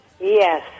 Yes